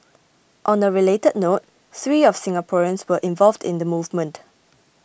on a related note three of Singaporeans were involved in the movement